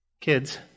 kids